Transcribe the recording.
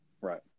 Right